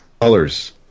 colors